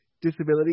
disability